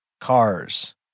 cars